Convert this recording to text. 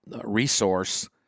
resource